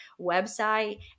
website